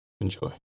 Enjoy